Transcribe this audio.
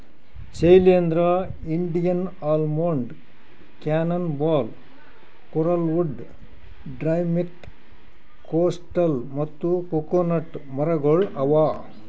Shailendra, Indian almond, cannon ball, coralwood, drumstick, coastal ಮತ್ತ coconut ಮರಗೊಳ್ ಅವಾ